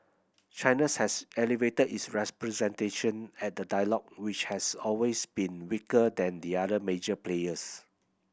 China's has elevated its representation at the dialogue which has always been weaker than the other major players